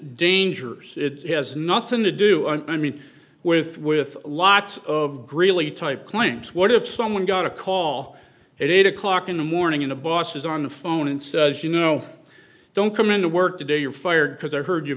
danger it has nothing to do and me with with lots of greeley type claims what if someone got a call at eight o'clock in the morning in a boss's on the phone and says you know don't come into work today you're fired because they heard you